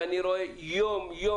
ואני רואה יום-יום,